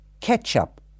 ketchup